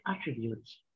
attributes